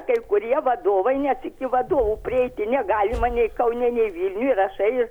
kai kurie vadovai net iki į vadovų prieiti negalima nei kaune nei vilniuj rašai ir